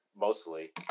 Mostly